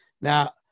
Now